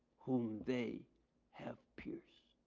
whom they have pierced.